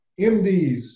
MDs